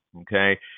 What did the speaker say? Okay